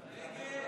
בעד,